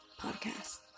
podcast